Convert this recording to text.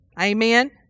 Amen